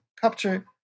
capture